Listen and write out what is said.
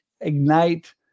ignite